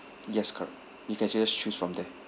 yes correct you can just choose from there